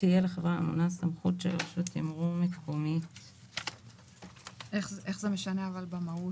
אבל איך זה משנה במהות?